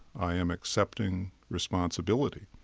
i am accepting responsibility.